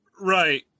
Right